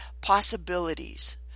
possibilities